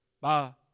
Bye